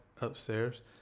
upstairs